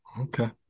Okay